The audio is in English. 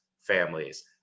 families